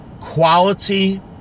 Quality